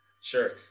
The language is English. Sure